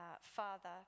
father